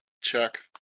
check